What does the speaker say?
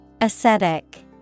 Ascetic